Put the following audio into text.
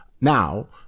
now